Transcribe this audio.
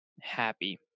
happy